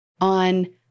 on